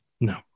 no